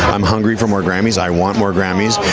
i'm hungry for more grammys, i want more grammys,